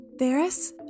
Varys